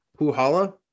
puhala